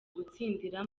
gutsindira